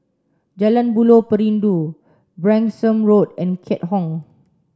Jalan Buloh Perindu Branksome Road and Keat Hong